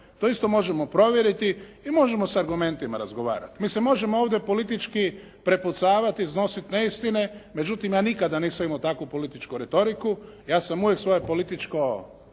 to isto možemo provjeriti i možemo s argumentima razgovarati. Mi se možemo ovdje politički prepucavati, iznositi neistine, međutim ja nikada nisam imao takvu političku retoriku. Ja sam uvijek svoje političko,